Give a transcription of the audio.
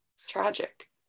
tragic